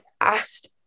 asked